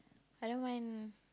I don't mind